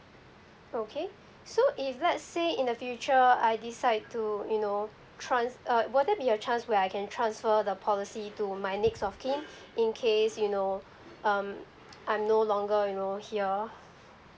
okay so if let's say in the future I decide to you know trans~ uh will there be a transfer where I can transfer the policy to my next of kin in case you know um I'm no longer you know here